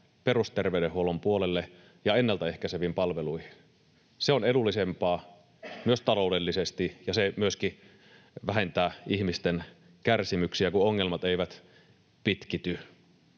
perusterveydenhuollon puolelle ja ennaltaehkäiseviin palveluihin. Se on edullisempaa myös taloudellisesti, ja se myöskin vähentää ihmisten kärsimyksiä, kun ongelmat eivät pitkity.